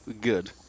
good